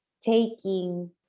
taking